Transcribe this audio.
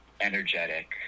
energetic